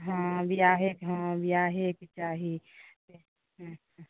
हँ बिआहेकेँ हँ बिआहेकेँ चाही हँ